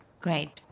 Great